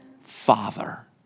Father